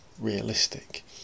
realistic